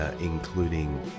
including